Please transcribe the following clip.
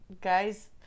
guys